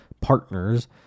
partners